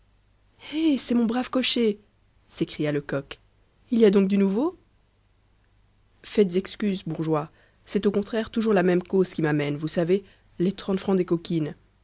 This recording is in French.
eh c'est mon brave cocher s'écria lecoq il y a donc du nouveau faites excuse bourgeois c'est au contraire toujours la même cause qui m'amène vous savez les trente francs des coquines